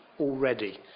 already